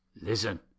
Listen